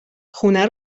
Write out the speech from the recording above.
خونه